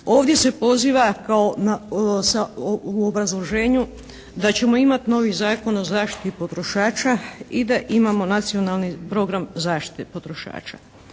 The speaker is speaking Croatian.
Ovdje se pozivao kao na, sa, u obrazloženju da ćemo imati novi Zakon o zaštiti potrošača i da imamo Nacionalni program zaštite potrošača.